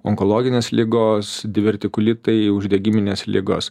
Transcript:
onkologinės ligos divertikulitai uždegiminės ligos